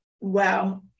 Wow